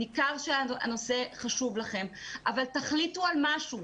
ניכר הנושא חשוב לכם אבל תחליטו על משהו.